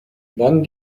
bon